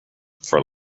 for